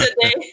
today